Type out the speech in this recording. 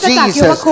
Jesus